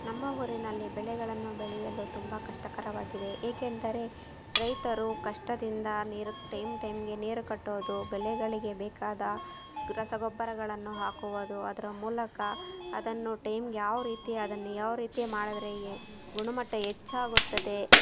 ನಮ್ಮ ಊರಿನಲ್ಲಿ ಬೆಳೆಗಳನ್ನು ಬೆಳೆಯಲು ತುಂಬ ಕಷ್ಟಕರವಾಗಿದೆ ಏಕೆಂದರೆ ರೈತರು ಕಷ್ಟದಿಂದ ನೀರು ಟೈಮ್ ಟೈಮ್ಗೆ ನೀರು ಕಟ್ಟುವುದು ಬೆಳೆಗಳಿಗೆ ಬೇಕಾದ ಗ್ ರಸಗೊಬ್ಬರಗಳನ್ನು ಹಾಕುವುದು ಅದರ ಮೂಲಕ ಅದನ್ನು ಟೈಮ್ಗೆ ಯಾವ ರೀತಿ ಅದನ್ನು ಯಾವ ರೀತಿ ಮಾಡಿದ್ರೆ ಈ ಗುಣಮಟ್ಟ ಹೆಚ್ಚಾಗುತ್ತದೆ